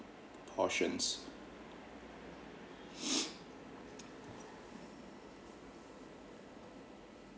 portions